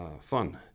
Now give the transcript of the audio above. fun